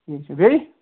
ٹھیٖک چھُ بیٚیہِ